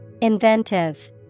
Inventive